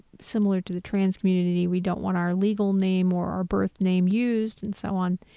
similar to the trans community. we don't want our legal name or our birth name used and so on.